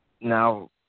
now